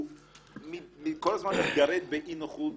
הוא כל הזמן מתגרד באי-נוחות